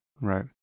right